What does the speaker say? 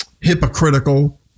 hypocritical